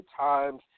times